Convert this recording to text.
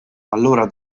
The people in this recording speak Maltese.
allura